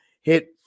hit